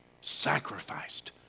sacrificed